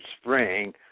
spring